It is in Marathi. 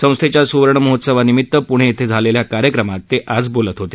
संस्थेच्या सुवर्ण महोत्सवानिमीत्त पुणे इथं झालेल्या कार्यक्रमात ते आज बोलत होते